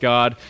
God